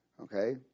okay